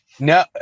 No